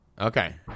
Okay